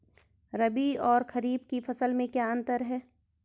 रबी और खरीफ की फसल में क्या अंतर है?